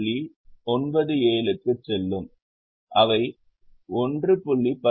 97 க்குச் செல்லும் அவை 1